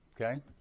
Okay